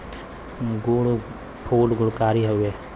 फूल गुणकारी हउवे